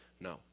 No